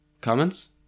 comments